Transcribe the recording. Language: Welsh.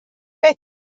beth